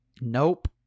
nope